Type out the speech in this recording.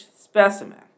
specimen